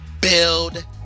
build